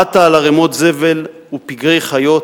עטה על ערימות זבל ופגרי חיות,